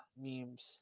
memes